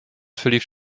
verlief